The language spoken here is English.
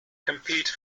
compete